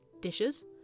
dishes